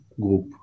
group